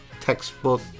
textbook